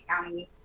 Counties